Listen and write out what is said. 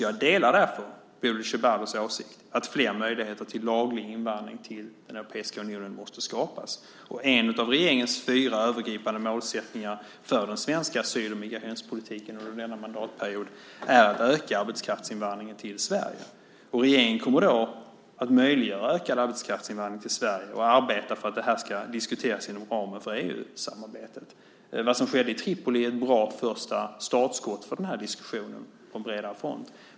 Jag delar därför Bodil Ceballos åsikt att flera möjligheter till laglig invandring till den europeiska unionen måste skapas. Och en av regeringens fyra övergripande målsättningar för den svenska asyl och migrationspolitiken under denna mandatperiod är att öka arbetskraftsinvandringen till Sverige. Regeringen kommer att möjliggöra ökad arbetskraftsinvandring till Sverige och arbeta för att detta ska diskuteras inom ramen för EU-samarbetet. Vad som skedde i Tripoli är ett bra första startskott för denna diskussion på en bredare front.